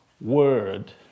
word